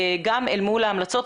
גם אל מול ההמלצות,